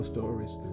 Stories